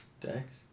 dex